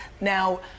Now